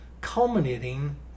culminating